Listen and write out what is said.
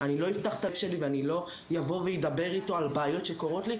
אני לא אפתח את הלב שלי ואני לא אבוא ואדבר אתו על בעיות שקורות לי,